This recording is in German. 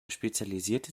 spezialisierte